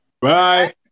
Bye